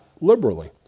liberally